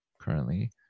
currently